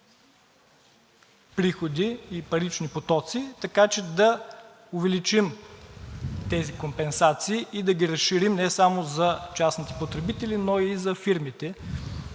приходи и парични потоци, така че да увеличим тези компенсации и да ги разширим не само за частните потребители, но и за фирмите.